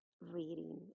reading